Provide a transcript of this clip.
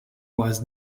was